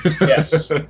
yes